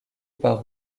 par